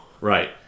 Right